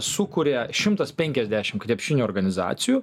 sukuria šimtas penkiasdešim krepšinio organizacijų